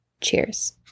Cheers